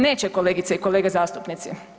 Neće kolegice i kolege zastupnici.